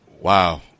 wow